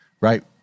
right